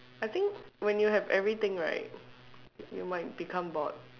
I think when you have everything right you might become bored